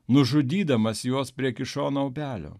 nužudydamas juos prie kišono upelio